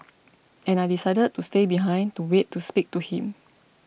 and I decided to stay behind to wait to speak to him